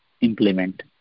implement